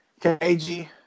KG